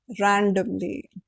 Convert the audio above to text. randomly